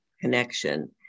connection